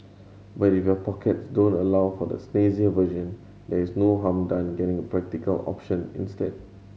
but if your pockets don't allow for the snazzier version there is no harm done getting a practical option instead